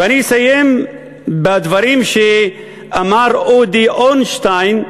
ואני אסיים בדברים שאמר אודי אורנשטיין,